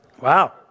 Wow